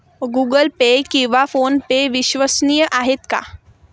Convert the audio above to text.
Google Pay किंवा PhonePe विश्वसनीय आहेत का?